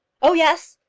oh, yes.